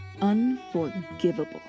Unforgivable